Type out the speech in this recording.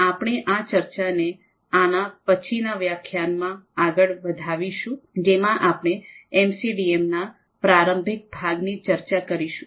આપણે આ ચર્ચા ને આના પછીના વ્યાખ્યાનમાં આગળ વધાવીશું જેમાં આપણે એમસીડીએમના પ્રારંભિક ભાગની ચર્ચા કરીશું